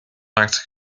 lacked